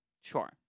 Sure